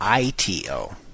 ITO